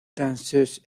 danseuse